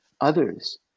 others